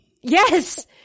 yes